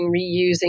reusing